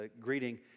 greeting